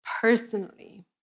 personally